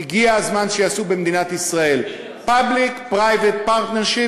הגיע הזמן שיעשו במדינת ישראל Public-private partnership,